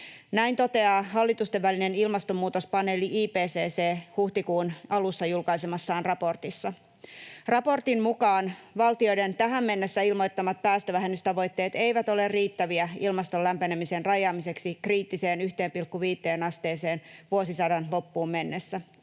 Näin toteaa hallitustenvälinen ilmastonmuutospaneeli IPCC huhtikuun alussa julkaisemassaan raportissa. Raportin mukaan valtioiden tähän mennessä ilmoittamat päästövähennystavoitteet eivät ole riittäviä ilmaston lämpenemisen rajaamiseksi kriittiseen 1,5 asteeseen vuosisadan loppuun mennessä.